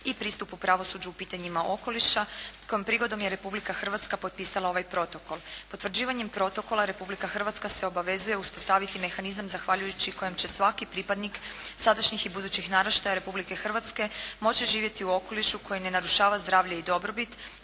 i pristupu pravosuđu u pitanjima okoliša, kojom prigodom je Republika Hrvatska potpisala ovaj protokol. Potvrđivanjem protokola, Republika Hrvatska se obavezuje uspostaviti mehanizam zahvaljujući kojem će svaki pripadnik sadašnjih i budućih naraštaja Republike Hrvatske moći živjeti u okolišu koji ne narušava zdravlje i dobrobit,